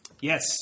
Yes